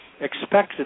expected